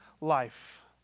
life